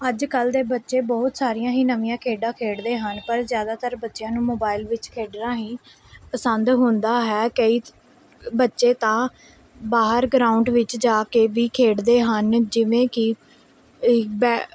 ਅੱਜ ਕੱਲ੍ਹ ਦੇ ਬੱਚੇ ਬਹੁਤ ਸਾਰੀਆਂ ਹੀ ਨਵੀਆਂ ਖੇਡਾਂ ਖੇਡਦੇ ਹਨ ਪਰ ਜ਼ਿਆਦਾਤਰ ਬੱਚਿਆਂ ਨੂੰ ਮੋਬਾਈਲ ਵਿੱਚ ਖੇਡਣਾ ਹੀ ਪਸੰਦ ਹੁੰਦਾ ਹੈ ਕਈ ਬੱਚੇ ਤਾਂ ਬਾਹਰ ਗਰਾਊਂਡ ਵਿੱਚ ਜਾ ਕੇ ਵੀ ਖੇਡਦੇ ਹਨ ਜਿਵੇਂ ਕਿ ਇਹ ਬੈ